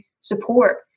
support